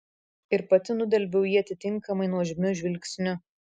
ir pati nudelbiau jį atitinkamai nuožmiu žvilgsniu